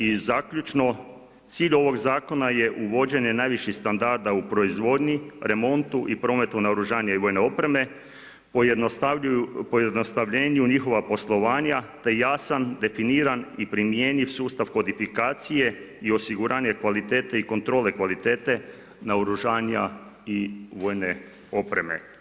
I zaključno, cilj ovog Zakona je vođenje najviših standarda u proizvodnji, remontu i prometu naoružanja i vojne opreme, pojednostavljenju njihova poslovanja, te jasan, definiran i primjenjiv sustav kodifikacije i osiguranje kvalitete i kontrole kvalitete naoružanja i vojne opreme.